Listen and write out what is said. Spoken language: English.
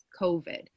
COVID